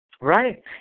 Right